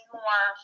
more